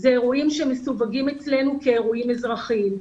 אלה אירועים שמסווגים אצלנו כאירועים אזרחיים.